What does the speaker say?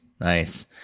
nice